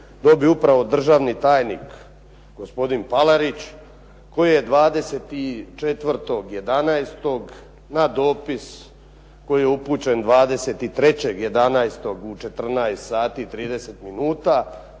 dobiju upravo državni tajnik gospodin Palarić koji je 24.11. na dopis koji je upućen 23.11. u 14,00 sati